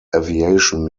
aviation